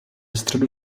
středu